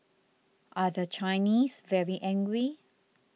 are the Chinese very angry